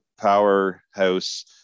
powerhouse